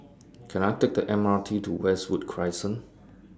Can I Take A M R T to Westwood Crescent